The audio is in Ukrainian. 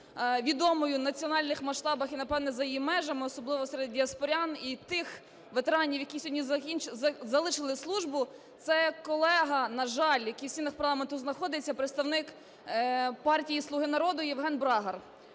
в національних масштабах і, напевно, за її межами, особливо серед діаспорян і тих ветеранів, які сьогодні закінчили службу, це колега, на жаль, який в стінах парламенту знаходиться, представник партії "Слуги народу" Євген Брагар.